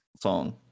song